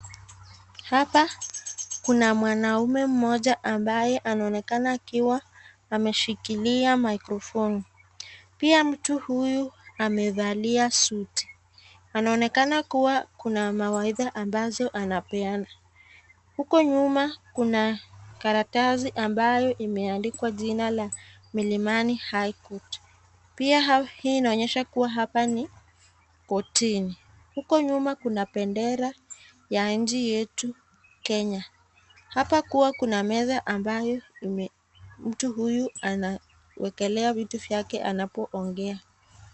Hapa kuna mwanaume mmoja ambaye anaonekana akiwa ameshikilia mikrofoni. Pia mtu huyu amevaa suti. Anaonekana kuwa kuna mawaidha ambazo anapeana. Huko nyuma kuna karatasi ambayo imeandikwa jina la Milimani High Court. Pia hii inaonyesha kuwa hapa ni kotini. Huko nyuma kuna bendera ya nchi yetu Kenya. Hapa kuwa kuna meza ambayo ime mtu huyu anawekelea vitu vyake anapoongea.